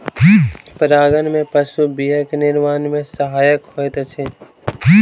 परागन में पशु बीया के निर्माण में सहायक होइत अछि